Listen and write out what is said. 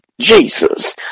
Jesus